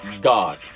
God